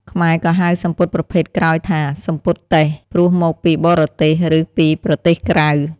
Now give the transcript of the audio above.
ខ្មែរក៏ហៅសំពត់ប្រភេទក្រោយថា «សំពត់ទេស» (ព្រោះមកពីបរទេសឬពីប្រទេសក្រៅ)។